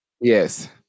yes